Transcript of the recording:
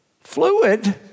Fluid